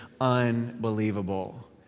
unbelievable